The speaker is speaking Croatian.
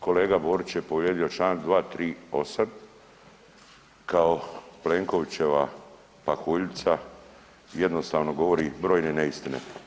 Kolega Borić je povrijedio Članak 238. kao Plenkovićeva pahuljica jednostavno govori brojne neistine.